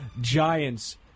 Giants